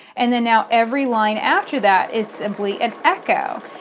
and now every line after that is simply an echo.